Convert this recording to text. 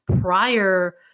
prior